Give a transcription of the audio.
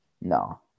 No